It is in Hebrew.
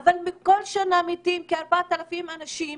אבל כל שנה מתים כ-4,000 אנשים